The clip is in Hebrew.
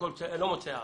הכול בסדר, לא מוצא הערות.